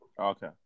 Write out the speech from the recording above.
Okay